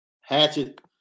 Hatchet